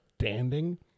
standing